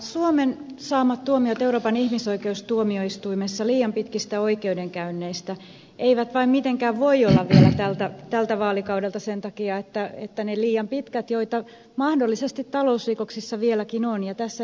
suomen saamat tuomiot euroopan ihmisoikeustuomioistuimessa liian pitkistä oikeudenkäynneistä eivät vain mitenkään voi olla vielä tältä vaalikaudelta sen takia että ne liian pitkät oikeudenkäynnit joita mahdollisesti talousrikoksissa vieläkin on tässä ed